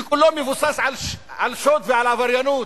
שכולו מבוסס על שוד ועל עבריינות,